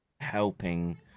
helping